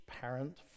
parent